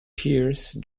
pearce